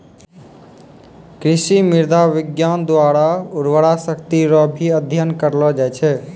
कृषि मृदा विज्ञान द्वारा उर्वरा शक्ति रो भी अध्ययन करलो जाय छै